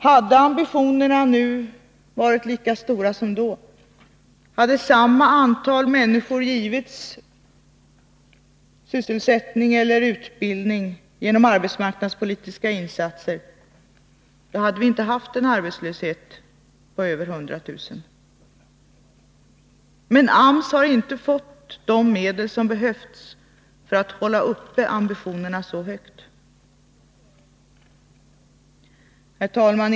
Hade ambitionerna nu varit lika stora som då och hade samma antal människor givits sysselsättning eller utbildning genom arbetsmarknadspolitiska åtgärder, så hade vi inte haft en arbetslöshet på över 100 000. Men AMS har inte fått de medel som behövts för att hålla uppe ambitionerna så högt. Herr talman!